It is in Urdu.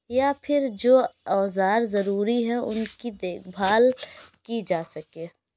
یا پھر جو اوزار ضروری ہے ان کی دیکھ بھال کی جا سکے